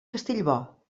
castellbò